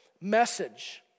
message